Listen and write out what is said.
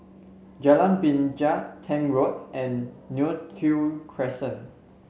Jalan Binja Tank Road and Neo Tiew Crescent